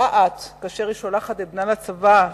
כאשר היא שולחת את בנה לצבא,